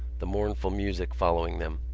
the mournful music following them.